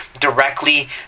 directly